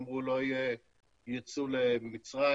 אמרו לא יהיה יצוא למצרים,